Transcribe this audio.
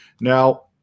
Now